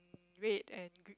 red and gr~